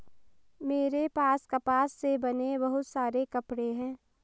मेरे पास कपास से बने बहुत सारे कपड़े हैं